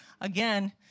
Again